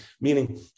meaning